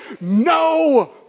No